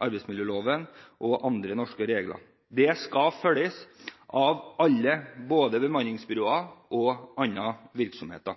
arbeidsmiljøloven og andre norske regler. Disse skal følges av alle, både bemanningsbyråer og andre virksomheter.